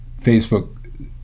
Facebook